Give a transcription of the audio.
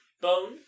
bone